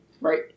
Right